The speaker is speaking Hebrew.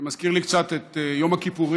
זה מזכיר לי קצת את יום הכיפורים,